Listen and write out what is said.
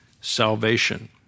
Salvation